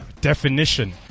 definition